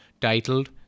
titled